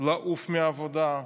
לעוף מהעבודה,